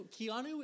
Keanu